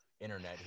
internet